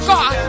God